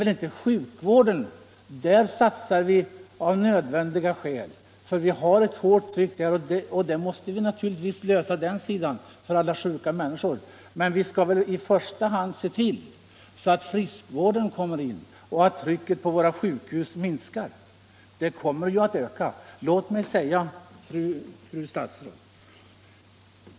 Vi satsar på sjukvården av nödvändiga skäl, eftersom där finns ett hårt tryck och vi naturligtvis måste lösa problemen på den sidan för alla sjuka människor. Men vi skall väl i första hand se till att friskvården byggs ut och att trycket på våra sjukhus minskar. Det kommer i stället att öka. Fru statsråd!